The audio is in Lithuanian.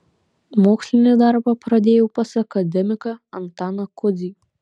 mokslinį darbą pradėjau pas akademiką antaną kudzį